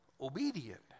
obedient